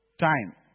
time